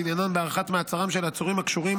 ועניינן הארכת מעצרם של עצורים הקשורים